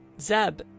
Zeb